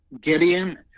Gideon